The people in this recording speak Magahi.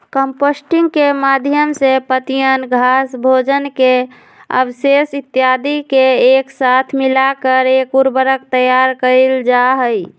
कंपोस्टिंग के माध्यम से पत्तियन, घास, भोजन के अवशेष इत्यादि के एक साथ मिलाकर एक उर्वरक तैयार कइल जाहई